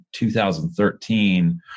2013